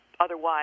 Otherwise